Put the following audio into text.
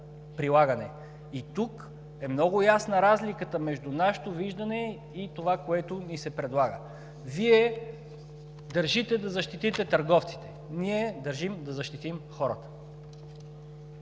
Тук е много ясна разликата между нашето виждане и това, което ни се предлага. Вие държите да защитите търговците, ние държим да защитим хората.